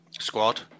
squad